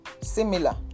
similar